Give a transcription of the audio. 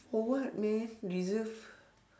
for what man reserved